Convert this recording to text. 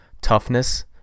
toughness